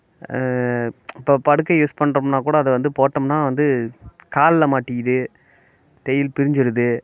இப்போ படுக்கை யூஸ் பண்ணுறோம்னா கூட அதை வந்து போட்டோம்னால் வந்து காலில் மாட்டிக்குது தையல் பிரிஞ்சுருது